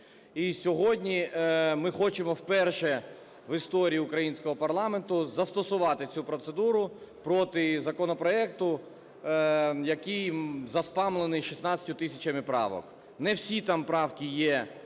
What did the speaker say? сьогодні ми хочемо вперше в історії українського парламенту застосувати цю процедуру проти законопроекту, який заспамлений 16 тисячами правок. Не всі там правки є